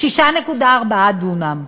6.4 דונם.